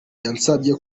yansabye